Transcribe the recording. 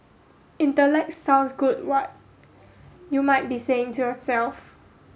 intellect sounds good what you might be saying to yourself